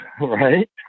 right